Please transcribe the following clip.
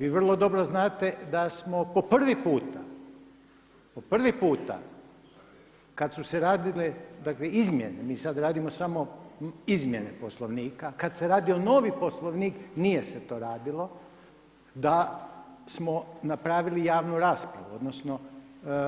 Vi vrlo dobro znate da smo po prvi puta kada su se radile izmjene, mi sada radimo izmjene Poslovnika, kada se radio novi Poslovnik nije se to radilo da smo napravili javnu raspravu odnosno